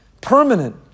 Permanent